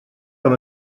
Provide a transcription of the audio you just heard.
com